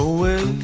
Away